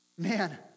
man